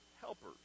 helpers